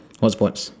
what sports